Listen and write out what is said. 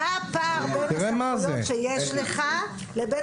מה הפער בין הסמכויות שיש לך לבין